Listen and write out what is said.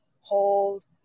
Hold